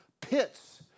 pits